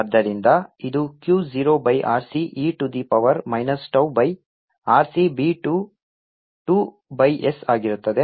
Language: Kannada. dl0I B 2πs0ddt Q0e tRC B 2πs 0Q0RC e tRC BI 0Q0e tRC2πRC s ಆದ್ದರಿಂದ ಇದು Q 0 by R C e to the power minus tau by RC B to 2 pi s ಆಗಿರುತ್ತದೆ